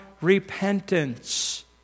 Repentance